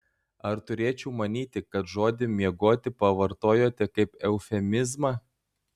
ar turėčiau manyti kad žodį miegoti pavartojote kaip eufemizmą